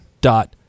dot